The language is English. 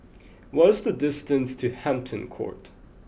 what's the distance to Hampton Court